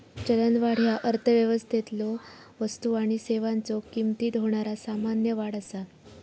चलनवाढ ह्या अर्थव्यवस्थेतलो वस्तू आणि सेवांच्यो किमतीत होणारा सामान्य वाढ असा